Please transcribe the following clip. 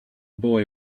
boy